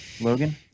Logan